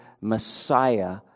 Messiah